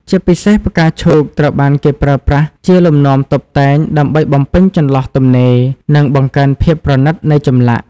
ជាពិសេស ផ្កាឈូកត្រូវបានគេប្រើប្រាស់ជា លំនាំតុបតែង ដើម្បីបំពេញចន្លោះទំនេរ និងបង្កើនភាពប្រណីតនៃចម្លាក់។